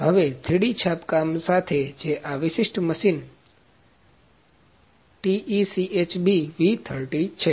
હવે 3D છાપકામ સાથે જે આ વિશિષ્ટ મશીન TECHB V30 છે